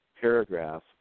paragraph